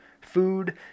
food